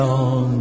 on